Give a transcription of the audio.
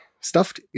stuffed